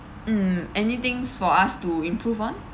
mm any things for us to improve on